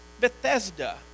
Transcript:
Bethesda